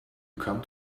come